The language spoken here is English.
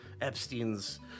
Epstein's